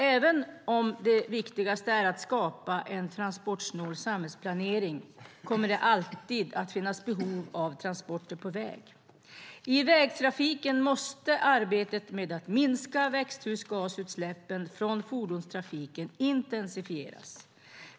Även om det viktigaste är att skapa en transportsnål samhällsplanering kommer det alltid att finnas behov av transporter på väg. I vägtrafiken måste arbetet med att minska växthusgasutsläppen från fordonstrafiken intensifieras.